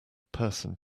person